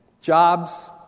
Jobs